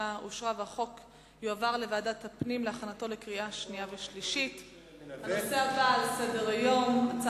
הודעת ועדת הפנים והגנת הסביבה על רצונה להחיל דין רציפות